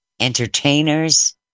entertainers